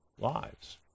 lives